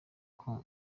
kandi